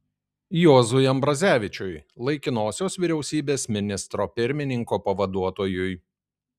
juozui ambrazevičiui laikinosios vyriausybės ministro pirmininko pavaduotojui